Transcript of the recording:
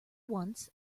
once